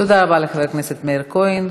תודה רבה לחבר הכנסת מאיר כהן.